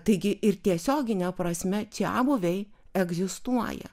taigi ir tiesiogine prasme čiabuviai egzistuoja